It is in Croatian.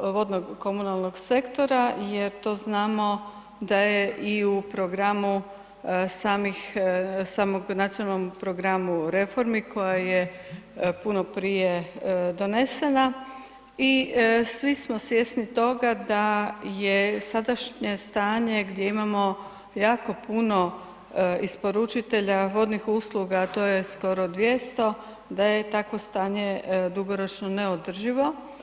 vodnog komunalnog sektora jer to znamo da je i u programu samih, samog nacionalnom programu reformi koja je puno prije donesena i svi smo svjesni toga da je sadašnje stanje gdje imamo jako puno isporučitelja vodnih usluga, to je skoro 200, da je takvo stanje dugoročno neodrživo.